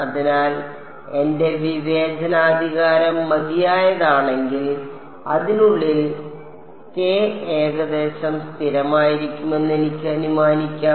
അതിനാൽ എന്റെ വിവേചനാധികാരം മതിയായതാണെങ്കിൽ അതിനുള്ളിൽ കെ ഏകദേശം സ്ഥിരമായിരിക്കുമെന്ന് എനിക്ക് അനുമാനിക്കാം